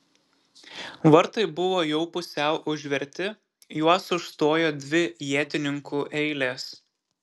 vartai buvo jau pusiau užverti juos užstojo dvi ietininkų eilės